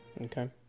Okay